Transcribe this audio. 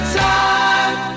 time